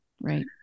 Right